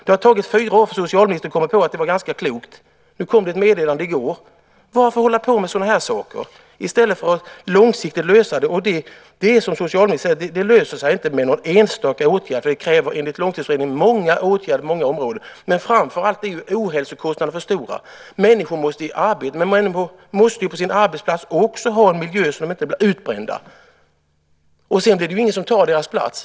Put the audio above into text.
Det har tagit socialministern fyra år att komma på att det var ganska klokt. I går kom ett meddelande om detta. Varför hålla på med sådant i stället för att lösa det långsiktigt? Som socialministern säger löser det sig inte med någon enstaka åtgärd. Enligt Långtidsutredningen krävs många åtgärder på många områden. Framför allt är ohälsokostnaderna för stora. Människor måste i arbete. Människor måste på sin arbetsplats ha en sådan miljö att de inte blir utbrända. Ingen tar sedan deras plats.